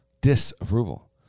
Disapproval